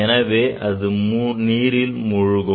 எனவே அது நீரில் மூழ்கும்